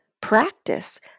practice